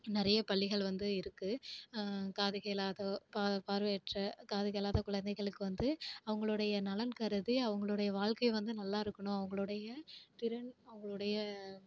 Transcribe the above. நிறைய பள்ளிகள் வந்து இருக்குது காது கேளாத பா பார்வையற்ற காது கேளாத குழந்தைகளுக்கு வந்து அவங்களுடைய நலன் கருதி அவங்களுடைய வாழ்க்கை வந்து நல்லாயிருக்கணும் அவங்களுடைய திறன் அவங்களுடைய